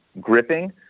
gripping